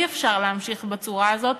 אי-אפשר להמשיך בצורה הזאת,